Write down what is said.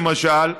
למשל,